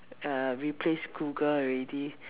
uh replaced Google already